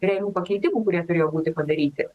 realių pakeitimų kurie turėjo būti padaryti